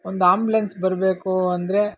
ಒಂದು ಆಂಬ್ಲೆನ್ಸ್ ಬರಬೇಕು ಅಂದರೆ